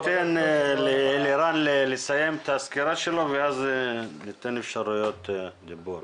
ניתן לאלירן לסיים את הסקירה שלו ואז ניתן אפשרויות דיבור.